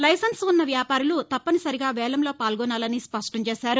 licence ఉ న్న వ్యాపారులు తప్పనిసరిగా వేలంలో పాల్గొనాలని స్పష్టం చేశారు